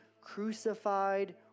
crucified